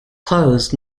closed